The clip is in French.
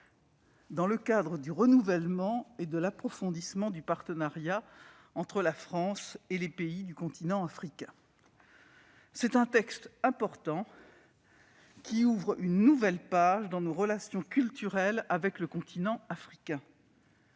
dans le cadre du renouvellement et de l'approfondissement du partenariat entre la France et les pays du continent africain. C'est un texte important, qui ouvre une nouvelle page dans nos relations culturelles avec le continent africain.